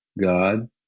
God